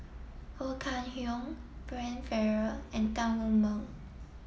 Ho Kah Leong Brian Farrell and Tan Wu Meng